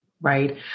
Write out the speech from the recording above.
Right